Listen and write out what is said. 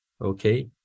okay